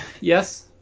Yes